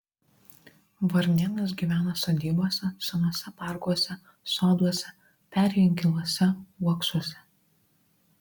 varnėnas gyvena sodybose senuose parkuose soduose peri inkiluose uoksuose